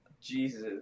Jesus